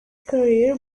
career